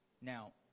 Now